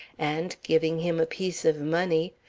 and, giving him a piece of money,